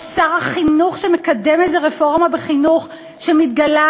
או שר החינוך שמקדם איזו רפורמה בחינוך שמתגלה